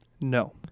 No